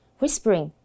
whispering